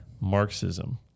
Marxism